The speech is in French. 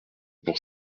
pour